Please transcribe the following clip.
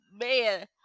man